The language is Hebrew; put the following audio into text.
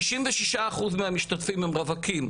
שישים ושישה אחוז מהמשתתפים הם רווקים,